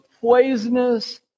poisonous